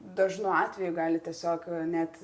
dažnu atveju gali tiesiog net